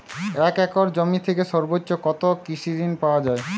এক একর জমি থেকে সর্বোচ্চ কত কৃষিঋণ পাওয়া য়ায়?